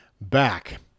back